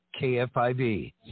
KFIV